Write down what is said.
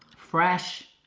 fresh,